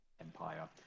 Empire